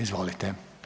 Izvolite.